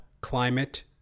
climate